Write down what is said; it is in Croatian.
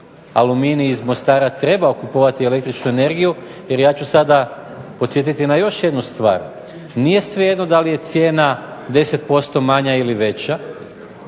Aluminij iz Mostara trebao kupovati električnu energiju jer ja ću sada podsjetiti na još jednu stvar, nije svejedno da li je cijena 10% manja ili veća